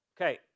Okay